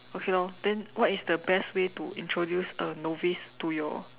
okay lor then what is the best way to introduce a novice to your